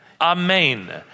Amen